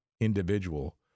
individual